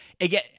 again